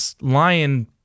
Lion